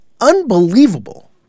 unbelievable